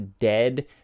dead